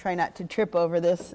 try not to trip over this